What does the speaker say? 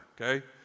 okay